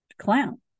clown